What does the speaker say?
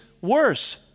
worse